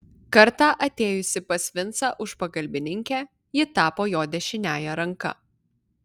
kartą atėjusi pas vincą už pagalbininkę ji tapo jo dešiniąja ranka